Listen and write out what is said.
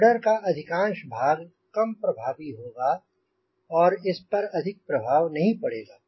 rudder का अधिकांश भाग कम प्रभावी होगा और इस पर अधिक प्रभाव नहीं पड़ेगा